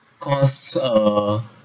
cause uh